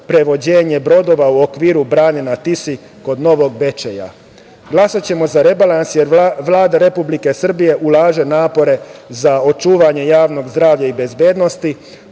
prevođenje brodova u okviru brane na Tisi kod Novog Bečeja. Glasaćemo za rebalans jer Vlada Republike Srbije ulaže napore za očuvanje javnog zdravlja i bezbednosti,